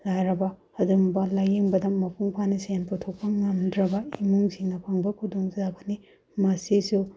ꯂꯥꯏꯔꯕ ꯑꯗꯨꯝꯕ ꯂꯥꯏꯌꯦꯡꯕꯗ ꯃꯄꯨꯡ ꯐꯥꯅ ꯁꯦꯟ ꯄꯨꯊꯣꯛꯄ ꯉꯝꯗ꯭ꯔꯕ ꯏꯃꯨꯡꯁꯤꯡꯅ ꯐꯪꯕ ꯈꯨꯗꯣꯡ ꯆꯥꯕꯅꯤ ꯃꯁꯤꯁꯨ